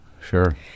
Sure